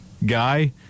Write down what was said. guy